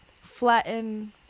flatten